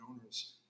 owners